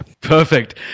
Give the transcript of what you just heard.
Perfect